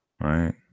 Right